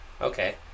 Okay